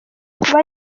kuba